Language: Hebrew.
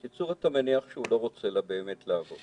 בקיצור, אתה מניח שהוא לא באמת רוצה לעבוד.